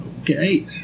Okay